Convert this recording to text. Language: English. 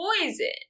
poison